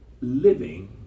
living